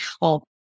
help